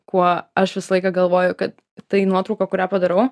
kuo aš visą laiką galvoju kad tai nuotrauka kurią padarau